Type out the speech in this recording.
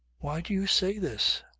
why do you say this?